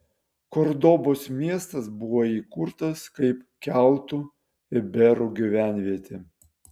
kordobos miestas buvo įkurtas kaip keltų iberų gyvenvietė